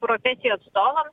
profesijų atstovams